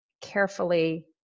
carefully